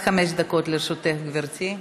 עד חמש דקות לרשותך, גברתי.